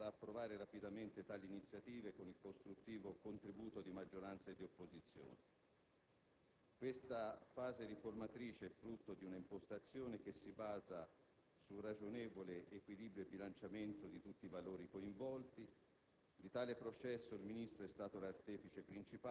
Il Governo auspica che il Parlamento potrà approvare rapidamente tali iniziative, con il costruttivo contribuito di maggioranza ed opposizione. Questa fase riformatrice è frutto di un'impostazione che si basa sul ragionevole equilibrio e bilanciamento di tutti i valori coinvolti.